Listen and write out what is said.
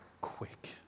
quick